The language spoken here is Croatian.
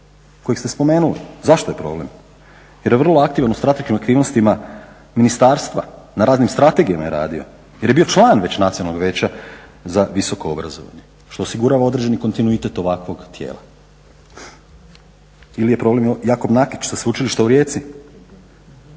kojeg ste spomenuli. Zašto je problem? jer je vrlo aktivan u strateškim aktivnostima ministarstva, na raznim strategijama je radio jer je bio član već Nacionalnog vijeća za visoko obrazovanje što osigurava određeni kontinuitet ovakvog tijela. Ili je problem Jakob Nakić sa Sveučilišta u Rijeci,